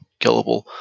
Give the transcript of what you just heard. killable